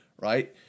right